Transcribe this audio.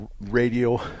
radio